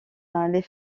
les